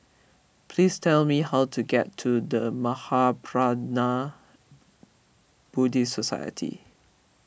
please tell me how to get to the Mahaprajna Buddhist Society